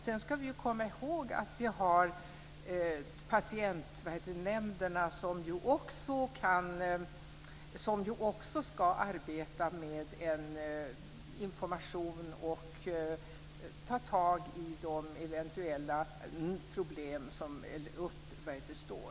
Sedan ska vi komma ihåg att vi har patientnämnderna, som också ska arbeta med information och ta tag i de eventuella problem som uppstår.